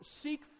Seek